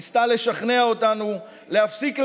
ניסתה לשכנע אותנו להפסיק להאמין,